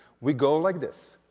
we go like this.